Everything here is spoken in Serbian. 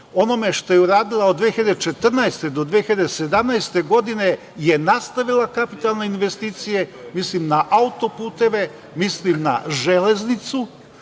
onome što je uradila od 2014. do 2017. godine, je nastavila kapitalne investicije, mislim na autoputeve, mislim na železnicu